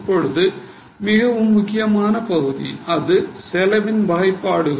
இப்பொழுது மிகவும் முக்கியமான பகுதி அது செலவின் வகைப்பாடுகள்